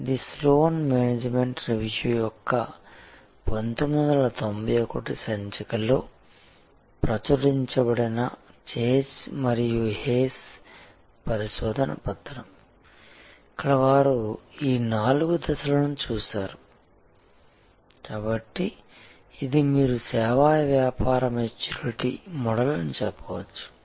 ఇది Sloan management review యొక్క 1991 సంచికలో ప్రచురించబడిన చేజ్ మరియు హేస్ పరిశోధన పత్రం ఇక్కడ వారు ఈ నాలుగు దశలను చూశారు కాబట్టి ఇది మీరు సేవా వ్యాపార మెచ్యూరిటీ మోడల్ అని చెప్పవచ్చు